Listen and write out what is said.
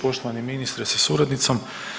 Poštovani ministre sa suradnicom.